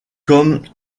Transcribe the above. comme